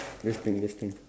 just think just think